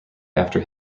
after